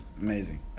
Amazing